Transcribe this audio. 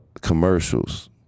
commercials